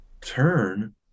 Turn